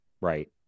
Right